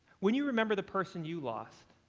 when you remember the person you lost,